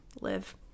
live